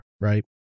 right